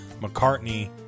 McCartney